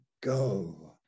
go